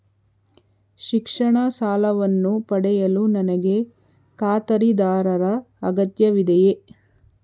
ಶಿಕ್ಷಣ ಸಾಲವನ್ನು ಪಡೆಯಲು ನನಗೆ ಖಾತರಿದಾರರ ಅಗತ್ಯವಿದೆಯೇ?